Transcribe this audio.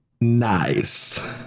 Nice